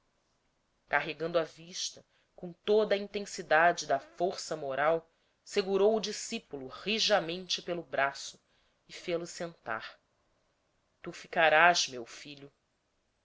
carregando a vista com toda a intensidade da força moral segurou o discípulo rijamente pelo braço e fê-lo sentar-se tu ficarás meu filho